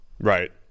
Right